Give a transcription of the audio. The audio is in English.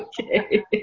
Okay